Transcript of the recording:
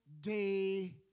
day